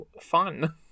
fun